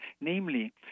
namely